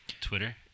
Twitter